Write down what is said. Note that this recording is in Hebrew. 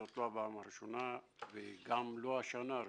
זאת לא הפעם הראשונה וגם לא השנה הראשונה.